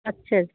ਅੱਛਾ ਜੀ